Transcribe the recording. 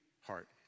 heart